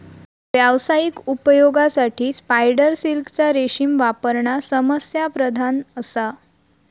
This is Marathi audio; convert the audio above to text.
व्यावसायिक उपयोगासाठी स्पायडर सिल्कचा रेशीम वापरणा समस्याप्रधान असा